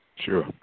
Sure